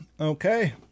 okay